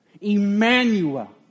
Emmanuel